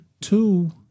Two